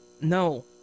No